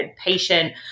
patient